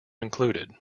included